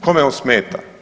Kome on smeta?